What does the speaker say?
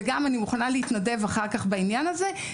וגם אני מוכנה להתנדב אחר כך בעניין הזה,